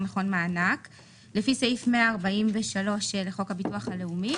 מענק לפי סעיף 143 לחוק הביטוח הלאומי